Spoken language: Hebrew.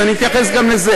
אז אני אתייחס גם לזה.